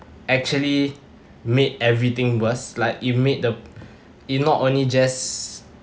actually made everything worse like it made the it not only just